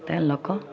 तेँ लऽ कऽ